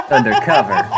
Undercover